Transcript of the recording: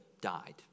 died